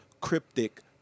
cryptic